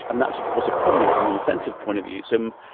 and that's, of course, a problem from an offensive point of view. so,